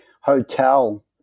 hotel